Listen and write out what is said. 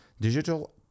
Digital